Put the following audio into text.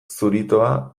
zuritoa